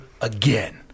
again